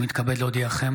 הינני מתכבד להודיעכם,